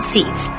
Seats